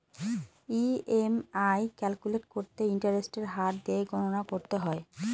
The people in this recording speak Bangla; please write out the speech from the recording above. ই.এম.আই ক্যালকুলেট করতে ইন্টারেস্টের হার দিয়ে গণনা করতে হয়